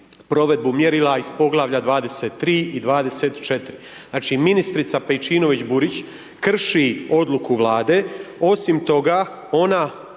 provedbu mjerila iz poglavlja 23 i 24. Znači ministrica Pejčinović Burić krši odluku Vlade, osim toga ona